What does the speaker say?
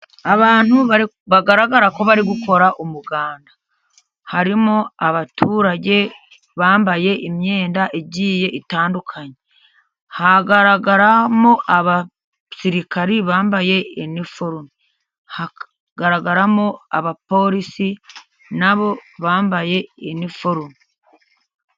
Abantu bagaragara ko bari gukora umuganda, harimo abaturage bambaye imyenda igiye itandukanye, hagaragaramo abasirikari bambaye impuzankano, hagaragaramo abaporisi nabo bambaye impuzankano.